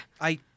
I-